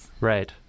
Right